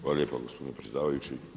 Hvala lijepo gospodine predsjedavajući.